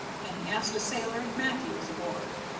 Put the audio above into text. and he asked a sailor if matthew was aboard.